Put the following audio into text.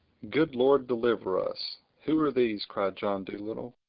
good lord deliver us! who are these? cried john dolittle.